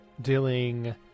dealing